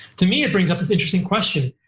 to me, it brings up this interesting question.